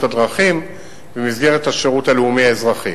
הדרכים במסגרת השירות הלאומי-האזרחי.